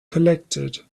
collected